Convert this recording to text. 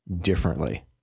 differently